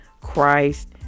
Christ